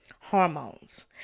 hormones